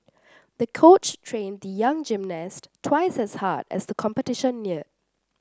the coach trained the young gymnast twice as hard as the competition neared